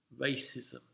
racism